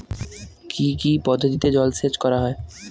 কি কি পদ্ধতিতে জলসেচ করা হয়?